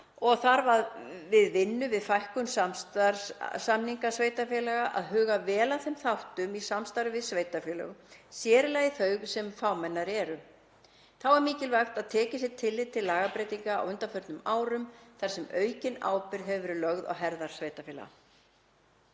fyrir og við vinnu við fækkun samstarfssamninga sveitarfélaga þarf að huga vel að þeim þáttum í samstarfi við sveitarfélög, sér í lagi þau sem fámennari eru. Þá er mikilvægt að tekið sé tillit til lagabreytinga á undanförnum árum þar sem aukin ábyrgð hefur verið lögð á herðar sveitarfélaga.